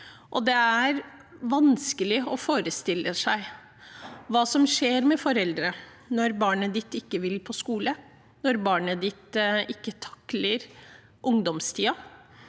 Det er vanskelig å forestille seg hva som skjer med foreldre når barnet deres ikke vil på skole, når barnet deres ikke takler ungdomstiden.